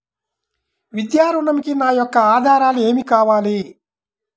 విద్యా ఋణంకి నా యొక్క ఆధారాలు ఏమి కావాలి?